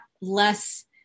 less